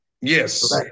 Yes